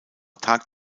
tag